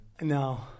No